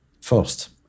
First